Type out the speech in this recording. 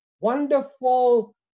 Wonderful